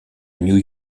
new